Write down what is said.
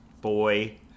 boy